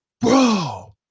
bro